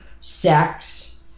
sex